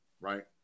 right